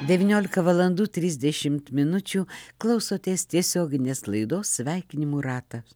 devyniolika valandų trisdešimt minučių klausotės tiesioginės laidos sveikinimų ratą